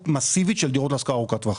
מאסיבית של דירות להשכרה ארוכת טווח.